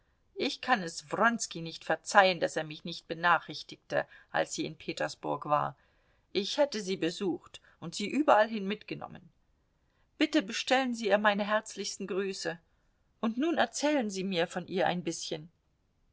ich kann es wronski nicht verzeihen daß er mich nicht benachrichtigte als sie in petersburg war ich hätte sie besucht und sie überallhin mitgenommen bitte bestellen sie ihr meine herzlichsten grüße und nun erzählen sie mir von ihr ein bißchen